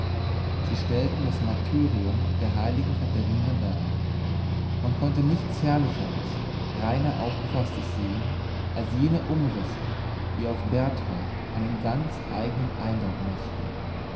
sie stellten das martyrium der heiligen katharina dar man konnte nichts herrlicheres reiner aufgefaßtes sehen als jene umrisse die auf berthold einen ganz eignen eindruck machten